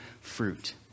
fruit